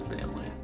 family